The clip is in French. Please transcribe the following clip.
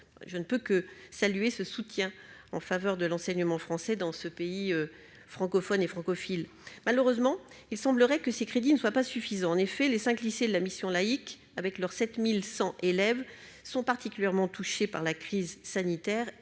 je ne peux que saluer ce soutien en faveur de l'enseignement français dans ce pays francophones et francophiles, malheureusement, il semblerait que ces crédits ne soient pas suffisants, en effet, les 5 lycées la Mission laïque avec leurs 7100 élèves sont particulièrement touchés par la crise sanitaire